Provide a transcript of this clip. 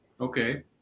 Okay